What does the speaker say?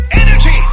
energy